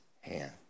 hand